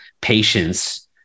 patience